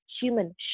human